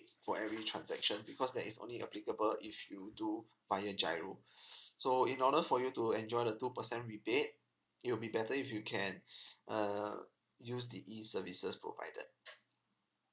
it's for every transaction because that is only applicable if you do via giro so in order for you to enjoy the two percent rebate it'll be better if you can uh uh use the e services provided